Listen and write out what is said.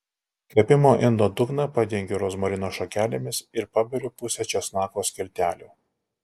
kepimo indo dugną padengiu rozmarino šakelėmis ir paberiu pusę česnako skiltelių